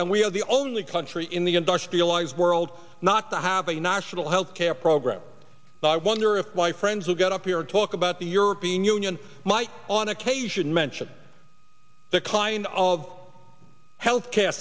and we are the only country in the industrialized world not to have a national health care program but i wonder if my friends will get up here and talk about the european union might on occasion mention the kind of health care